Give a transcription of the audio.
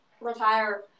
retire